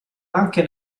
anche